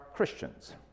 Christians